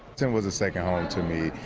and was a second home to me.